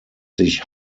sich